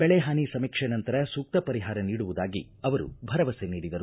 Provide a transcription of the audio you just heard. ಬೆಳೆ ಹಾನಿ ಸಮೀಕ್ಷೆ ನಂತರ ಸೂಕ್ತ ಪರಿಹಾರ ನೀಡುವುದಾಗಿ ಅವರು ಭರವಸೆ ನೀಡಿದರು